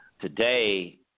Today